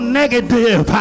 negative